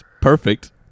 Perfect